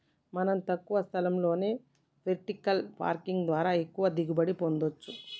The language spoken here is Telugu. మనం తక్కువ స్థలంలోనే వెర్టికల్ పార్కింగ్ ద్వారా ఎక్కువగా దిగుబడి పొందచ్చు